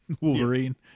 Wolverine